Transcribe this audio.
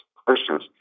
Questions